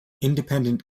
independent